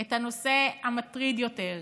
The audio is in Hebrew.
את הנושא המטריד יותר,